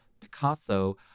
Picasso